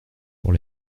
pour